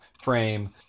frame